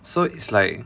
so it's like